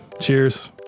Cheers